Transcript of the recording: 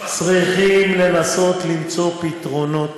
צריך לנסות למצוא פתרונות